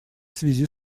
связи